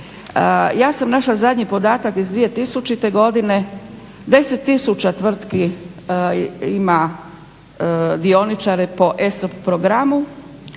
Ja sam našla zadnji podatak iz 2000.godine 10 tisuća tvrtki ima dioničare po ESOP programu